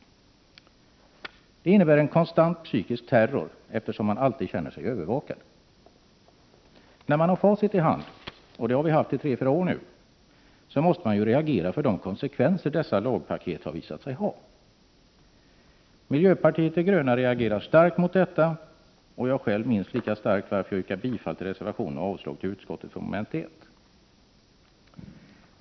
Det innebär en konstant psykisk terror, eftersom man alltid känner sig övervakad. När man har facit i hand — och det har vi haft i tre fyra år nu — måste man reagera för de konsekvenser dessa lagpaket har visat sig ha. Miljöpartiet de gröna och jag själv reagerar starkt mot detta, varför jag yrkar bifall till reservationen och avslag på utskottets hemställan i mom. 1.